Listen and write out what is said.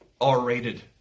R-rated